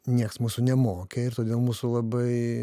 nieks mūsų nemokė ir todėl mūsų labai